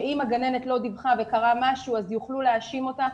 שאם הגננת לא דיווחה וקרה משהו אז יוכלו להאשים אותה.